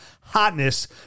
hotness